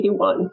1981